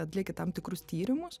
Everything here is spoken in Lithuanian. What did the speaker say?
atlieki tam tikrus tyrimus